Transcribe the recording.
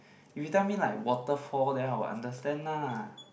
if you tell me like waterfall then I would understand lah